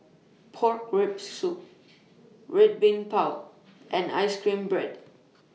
Pork Rib Soup Red Bean Bao and Ice Cream Bread